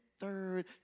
third